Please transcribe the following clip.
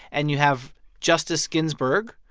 and you have justice ginsburg,